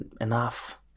enough